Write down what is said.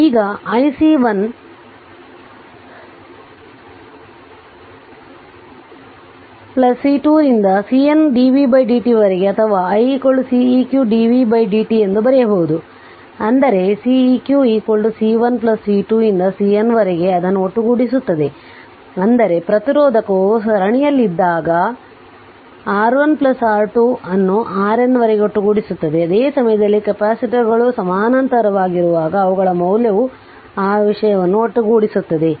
ಈಗ I C1 C2 ರಿಂದ CN dvdt ವರೆಗೆ ಅಥವಾ i Ceq dvdt ಎಂದು ಬರೆಯಬಹುದು ಅಂದರೆ Ceq C1 C2 ರಿಂದ CN ವರೆಗೆ ಅದನ್ನು ಒಟ್ಟುಗೂಡಿಸುತ್ತದೆ ಅಂದರೆ ಪ್ರತಿರೋಧಕವು ಸರಣಿಯಲ್ಲಿದ್ದಾಗ r 1 r 2 ಅನ್ನು r n ವರೆಗೆ ಒಟ್ಟುಗೂಡಿಸುತ್ತದೆ ಆ ಸಮಯದಲ್ಲಿ ಕೆಪಾಸಿಟರ್ಗಳು ಸಮಾನಾಂತರವಾಗಿರುವಾಗ ಅವುಗಳ ಮೌಲ್ಯವು ಆ ವಿಷಯವನ್ನು ಒಟ್ಟುಗೂಡಿಸುತ್ತದೆ